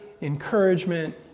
encouragement